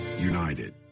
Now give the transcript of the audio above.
united